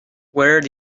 where